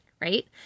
right